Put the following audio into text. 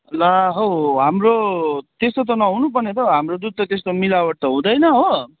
ला हो हाम्रो त्यस्तो त नहुनु पर्ने त हाम्रो दुध त दुध त त्यस्तो मिलावट त हुँदैन हो